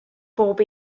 bob